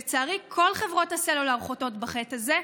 לצערי כל חברות הסלולר חוטאות בחטא הזה,